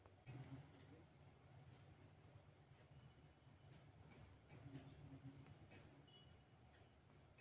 ಭವಿಷ್ಯದ ಕರೆನ್ಸಿ ಒಪ್ಪಂದ ಆಗೈತೆ